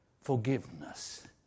forgiveness